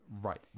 Right